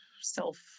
self